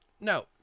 No